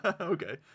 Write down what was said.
Okay